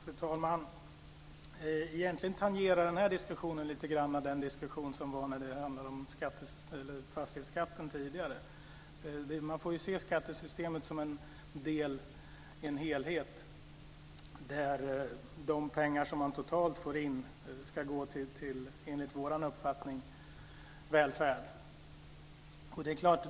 Fru talman! Egentligen tangerar den här diskussionen den tidigare diskussionen om fastighetsskatten. Man får se skattesystemet som en del i en helhet. De pengar som totalt kommer in ska, enligt vår uppfattning, gå till välfärd.